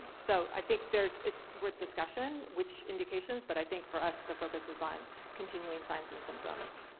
so i think there's. it's worth discussion which indications, but i think for us the focus was on continuing signs and symptoms.